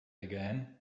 again